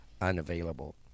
unavailable